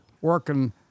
working